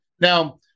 Now